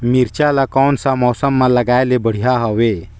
मिरचा ला कोन सा मौसम मां लगाय ले बढ़िया हवे